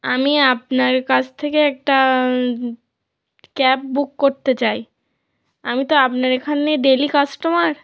আমি আপনার কাছ থেকে একটা ক্যাব বুক করতে চাই আমি তো আপনার এখানে ডেলি কাস্টোমার